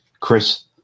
Chris